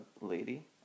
lady